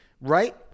right